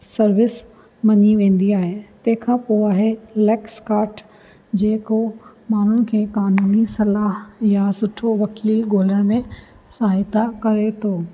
service मञी वेंदी आहे तंहिं खां पोइ आहे लैक्सकाट जेको माण्हुनि खे कानूनी सलाह या सुठो वकील ॻोल्हण में सहायता करे थो